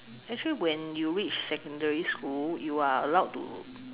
actually when you reach secondary school you are allowed to